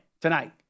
tonight